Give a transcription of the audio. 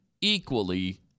equally